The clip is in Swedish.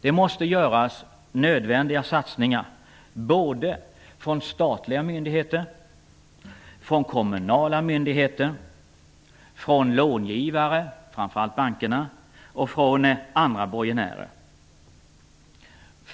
Det måste göras nödvändiga satsningar från statliga och kommunala myndigheter, från långivare -- framför allt bankerna -- och från andra borgenärer.